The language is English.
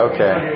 Okay